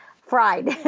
fried